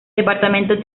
departamento